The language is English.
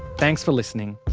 thanks for listening!